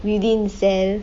within cell